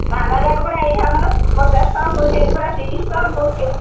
ଡାଲା ଯାକ ପରା ଏଇଠି ଆମର ପଚାଶ ଟଙ୍କା ପଡ଼ୁଛି ଏଇଠି ପରା ତିରିଶ ଟଙ୍କା ପଡ଼ୁଛି